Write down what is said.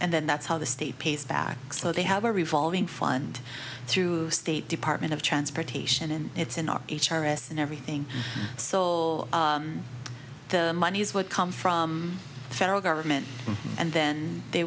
and then that's how the state pays back so they have a revolving fund through state department of transportation and it's in our h r s and everything so the monies would come from the federal government and then they